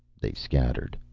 they scattered.